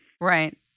Right